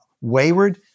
wayward